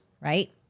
right